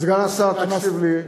סגן השר, תקשיב לי.